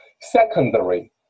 secondary